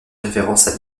références